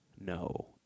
No